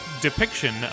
depiction